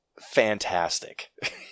fantastic